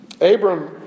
Abram